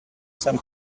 some